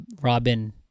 robin